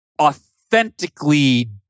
authentically